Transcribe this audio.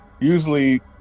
usually